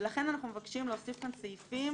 ולכן, אנחנו מבקשים להוסיף כאן סעיפים